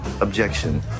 objection